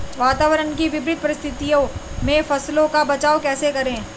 वातावरण की विपरीत परिस्थितियों में फसलों का बचाव कैसे करें?